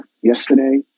yesterday